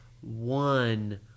one